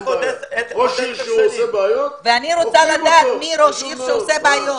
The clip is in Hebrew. ראש עיר שעושה בעיות- -- ואני רוצה לדעת מי ראשי הערים שעושים בעיות.